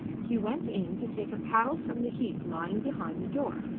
he went in to take a paddle from the heap lying behind the door.